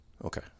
Okay